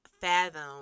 fathom